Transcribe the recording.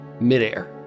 midair